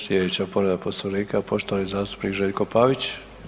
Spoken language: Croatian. Sljedeća povreda poslovnika poštovani zastupnik Željko Pavić.